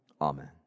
Amen